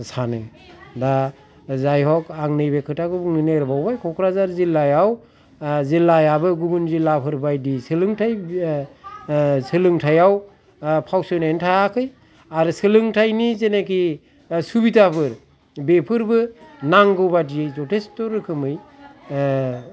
सानो दा जायहग आं नैबे खोथाखाै बुंनो नागिरबावबाय क'क्राझार जिल्लायाव जिल्लायाबो गुबुन जिल्लाफोर बायदि सोलोंथाय सोलोंथायआव फावसयनानै थायाखै आरो सोलोंथायनि जेनेखि सुबिदाफोर बेफोरबो नांगाै बायदियै जथेस्थ रोखोमै